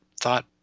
thought